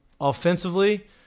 offensively